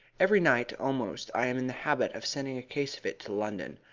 every night almost i am in the habit of sending a case of it to london.